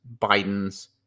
Biden's